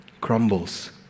Crumbles